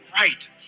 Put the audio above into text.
right